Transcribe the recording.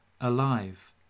alive